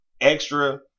Extra